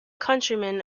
countryman